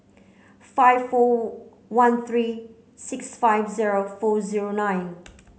five four one three six five zero four zero nine